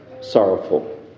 sorrowful